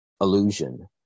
illusion